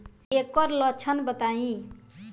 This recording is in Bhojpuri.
एकर लक्षण बताई?